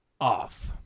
off